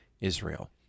Israel